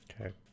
Okay